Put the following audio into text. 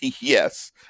Yes